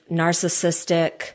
narcissistic